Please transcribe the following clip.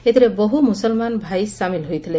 ଏଥିରେ ବହୁ ମୁସଲ୍ମାନ ଭାଇ ସାମିଲ୍ ହୋଇଥିଲେ